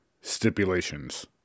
stipulations